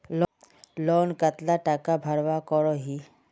Loan कतला टाका भरवा करोही?